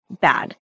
bad